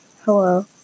Hello